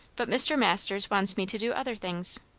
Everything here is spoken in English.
but mr. masters wants me to do other things.